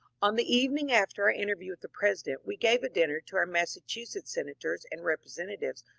on the evening after our interview with the president we gave a dinner to our massachusetts senators and representa tives,